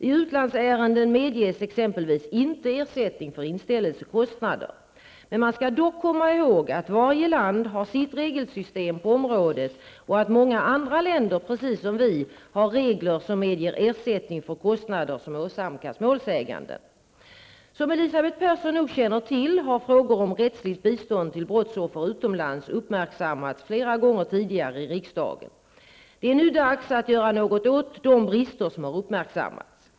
I utlandsärenden medges exempelvis inte ersättning för inställelsekostnader. Men man skall dock komma ihåg att varje land har sitt regelsystem på området och att många andra länder, precis som vi, har regler som medger ersättning för kostnader som åsamkas målsäganden. Som Elisabeth Persson nog känner till har frågor om rättsligt bistånd till brottsoffer utomlands uppmärksammats flera gånger tidigare i riksdagen. Det är nu dags att göra något åt de brister som har uppmärksammats.